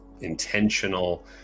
intentional